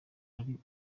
ariko